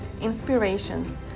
inspirations